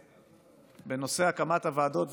ובנושא הקמת הוועדות,